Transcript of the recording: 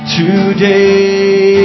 today